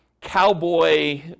cowboy